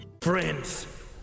Friends